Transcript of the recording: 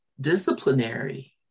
disciplinary